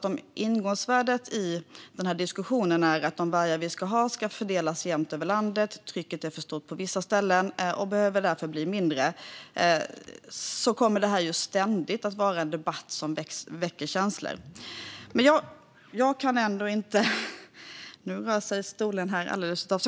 Om ingångsvärdet i denna diskussion är att de vargar vi ska ha ska fördelas jämnt över landet samt att trycket är för stort på vissa ställen och därför behöver bli mindre kommer det här ständigt att vara en debatt som väcker känslor.